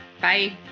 Bye